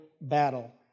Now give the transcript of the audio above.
battle